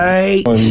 Right